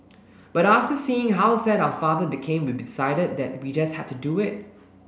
but after seeing how sad our father became we decided that we just had to do it